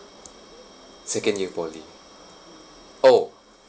second year poly oh